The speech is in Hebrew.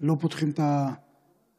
לא פותחים את הכותרות,